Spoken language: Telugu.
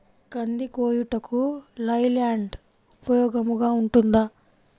కంది కోయుటకు లై ల్యాండ్ ఉపయోగముగా ఉంటుందా?